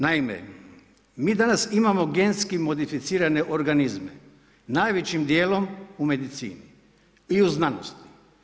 Naime, mi danas imamo genski modificirane organizme, najvećim dijelom u medicini i u znanosti.